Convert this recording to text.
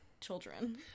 children